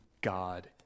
God